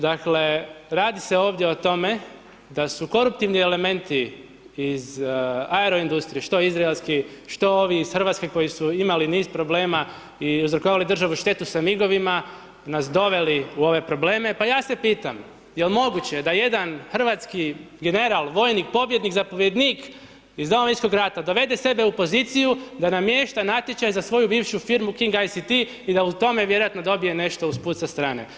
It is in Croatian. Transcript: Dakle, radi se ovdje o tome da su koruptivni elementi iz aero industrije, što izraelski, što ovi iz Hrvatske koji su imali niz problema i .../nerazumljivo/... državu štetu sa MIG-ovima nas doveli u ove probleme, pa ja se pitam, je li moguće da jedan hrvatski general, vojnik, pobjednik, zapovjednik iz Domovinskog rata dovede sebe u poziciju da namješta natječaj za svoju bivšu firmu King ICT i da u tome vjerojatno dobije nešto usput sa strane.